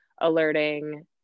alerting